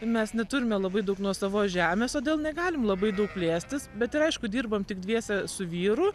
mes neturime labai daug nuosavos žemės todėl negalim labai daug plėstis bet ir aišku dirbam tik dviese su vyru